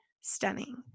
stunning